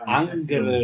anger